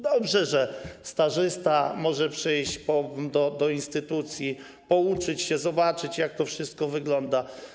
Dobrze, że stażysta może przyjść do instytucji, pouczyć się, zobaczyć, jak to wszystko wygląda.